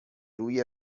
روی